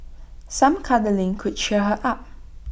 some cuddling could cheer her up